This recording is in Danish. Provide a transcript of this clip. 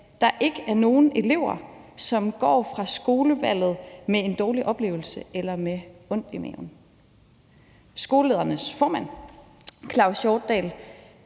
at der ikke er nogen elever, som går fra skolevalget med en dårlig oplevelse eller med ondt i maven. Og skoleledernes formand, Claus Hjortdal,